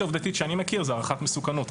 העובדתית שאני מכיר היא הערכת מסוכנות.